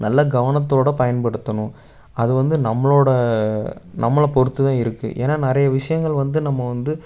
நல்லா கவனத்தோடய பயன்படுத்தணும் அது வந்து நம்மளோடய நம்மளை பொறுத்து தான் இருக்குது ஏன்னா நிறையா விஷயங்கள் வந்து நம்ம வந்து